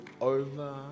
over